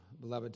beloved